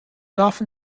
often